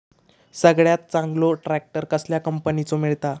सगळ्यात चांगलो ट्रॅक्टर कसल्या कंपनीचो मिळता?